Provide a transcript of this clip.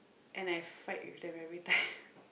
and I fight with them everytime